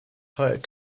hired